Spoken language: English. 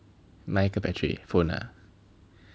哪一个 battery phone ah